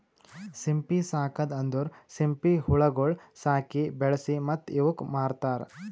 ಸಿಂಪಿ ಸಾಕದ್ ಅಂದುರ್ ಸಿಂಪಿ ಹುಳಗೊಳ್ ಸಾಕಿ, ಬೆಳಿಸಿ ಮತ್ತ ಇವುಕ್ ಮಾರ್ತಾರ್